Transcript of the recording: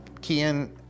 Kian